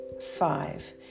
five